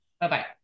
Bye-bye